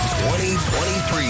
2023